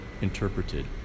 interpreted